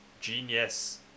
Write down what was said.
genius